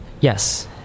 Yes